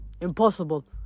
Impossible